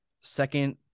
second